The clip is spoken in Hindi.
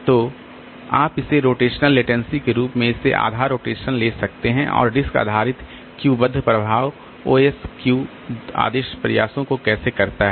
तो आप इस रोटेशनल लेटेंसी के औसत के रूप में इसे आधा रोटेशन ले सकते हैं और यह डिस्क आधारित क्यू बद्ध प्रभाव ओएस क्यू आदेश प्रयासों को कैसे करता है